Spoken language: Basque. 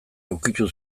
ukitu